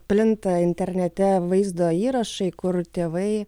plinta internete vaizdo įrašai kur tėvai